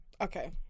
Okay